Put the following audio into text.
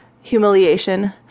Humiliation